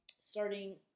starting